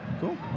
Cool